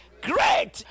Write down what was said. great